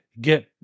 get